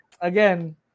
again